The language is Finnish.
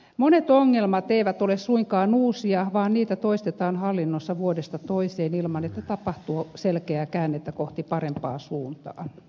monet ongelmat eivät ole suinkaan uusia vaan niitä toistetaan hallinnossa vuodesta toiseen ilman että tapahtuu selkeää käännettä kohti parempaa suuntaa